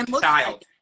child